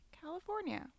California